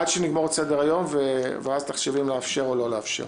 עד שנגמור את סדר-היום תחשבי אם לאפשר או לא לאפשר.